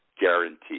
guaranteed